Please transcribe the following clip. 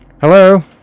Hello